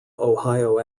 ohio